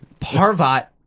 Parvat